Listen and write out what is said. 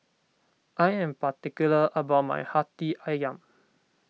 I am particular about my Hati Ayam